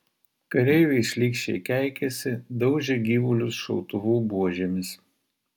kareiviai šlykščiai keikėsi daužė gyvulius šautuvų buožėmis